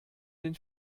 den